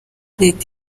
leta